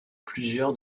plusieurs